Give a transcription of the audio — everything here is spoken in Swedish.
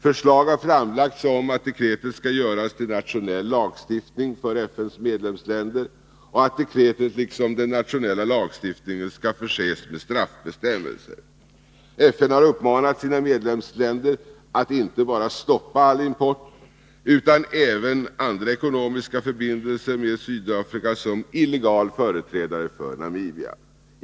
Förslag har framlagts om att dekretet skall göras till nationell lagstiftning för FN:s medlemsländer och att dekretet liksom den nationella lagstiftningen skall förses med straffbestämmelser. FN har även uppmanat sina medlemsländer att inte bara stoppa all import utan även andra ekonomiska förbindelser med Sydafrika som illegal företrädare för Namibia.